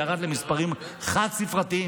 ירד למספרים חד-ספרתיים,